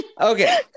okay